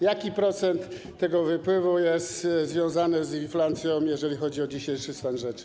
Jaki procent tego wypływu jest związany z inflacją, jeżeli chodzi o dzisiejszy stan rzeczy?